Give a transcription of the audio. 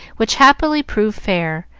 which happily proved fair,